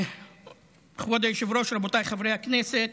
כבוד היושב-ראש, רבותיי חברי הכנסת,